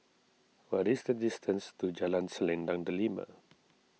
what is the distance to Jalan Selendang Delima